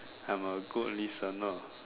I'm a good listener